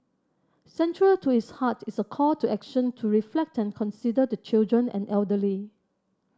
central to its heart is a call to action to reflect and consider the children and elderly